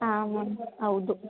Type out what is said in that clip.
ಹಾಂ ಮ್ಯಾಮ್ ಹೌದು